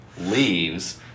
leaves